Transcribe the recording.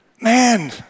man